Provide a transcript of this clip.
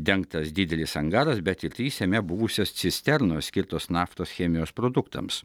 dengtas didelis angaras bet tik trys jame buvusios cisternos skirtos naftos chemijos produktams